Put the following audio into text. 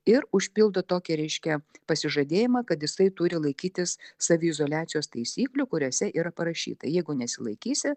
ir užpildo tokį reiškia pasižadėjimą kad jisai turi laikytis saviizoliacijos taisyklių kuriose yra parašyta jeigu nesilaikysi